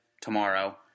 tomorrow